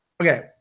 Okay